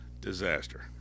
Disaster